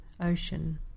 ocean